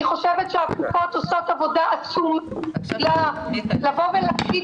אני חושבת שהקופות עושות עבודה --- לבוא ולהגיד